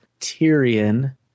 Tyrion